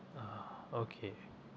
ah okay